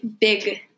big